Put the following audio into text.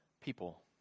people